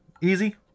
Easy